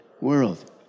World